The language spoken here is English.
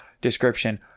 description